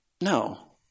No